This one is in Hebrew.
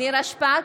נירה שפק,